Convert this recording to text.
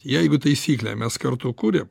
jeigu taisyklę mes kartu kuriam